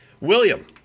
William